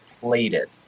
plated